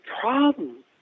problem